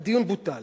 הדיון בוטל.